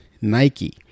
Nike